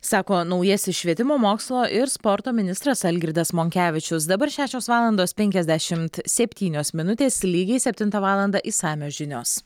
sako naujasis švietimo mokslo ir sporto ministras algirdas monkevičius dabar šešios valandos penkiasdešimt septynios minutės lygiai septintą valandą išsamios žinios